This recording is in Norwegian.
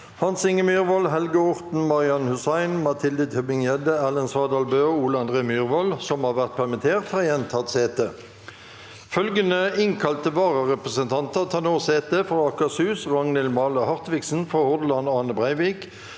Hans Inge Myrvold, Helge Orten, Marian Hussein, Mathilde Tybring-Gjedde, Erlend Svardal Bøe og Ole André Myhr- vold, som har vært permittert, har igjen tatt sete. Følgende innkalte vararepresentanter tar nå sete: For Akershus: Ragnhild Male Hartviksen For Hordaland: Ane Breivik